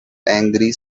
angry